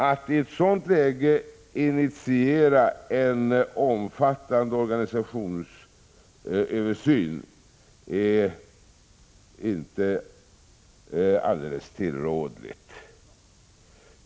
Att i ett sådant läge initiera en omfattande organisationsöversyn är inte alldeles tillrådligt.